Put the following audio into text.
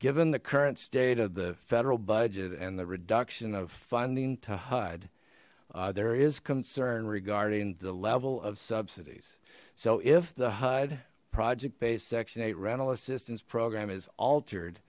given the current state of the federal budget and the reduction of funding to hud there is concern regarding the level of subsidies so if the hud project based section eight rental assistance program is altered